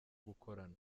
gukorana